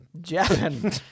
japan